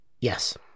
Yes